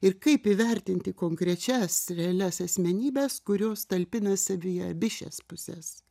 ir kaip įvertinti konkrečias realias asmenybes kurios talpina savyje abi šias puses